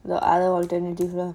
the other alternative lah